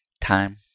Time